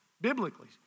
biblically